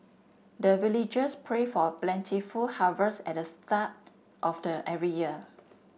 the villagers pray for plentiful harvest at the start of the every year